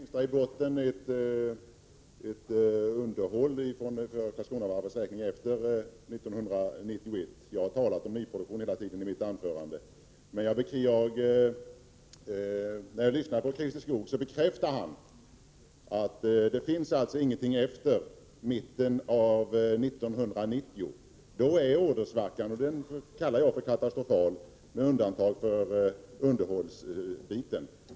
Herr talman! Självfallet finns det för Karlskronavarvets räkning i botten ett underhåll efter 1990. Jag har i mitt anförande hela tiden talat om nyproduktion. Men när jag lyssnar till Christer Skoog, finner jag att han bekräftar att det inte finns någonting mer efter mitten av 1990. Då är det en ordersvacka, och den kallar jag för katastrofal — med undantag för underhållsbiten.